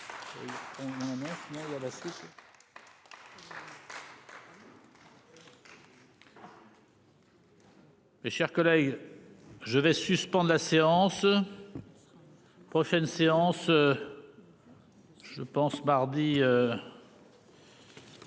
Mes chers collègues. Je vais suspendre la séance. Prochaine séance. Je pense mardi.